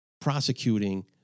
prosecuting